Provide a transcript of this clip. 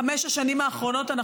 בחמש השנים האחרונות,